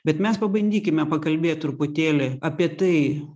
bet mes pabandykime pakalbėt truputėlį apie tai